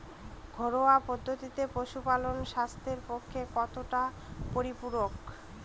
ঘরোয়া পদ্ধতিতে পশুপালন স্বাস্থ্যের পক্ষে কতটা পরিপূরক?